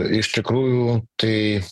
iš tikrųjų tai